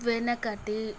వెనకటి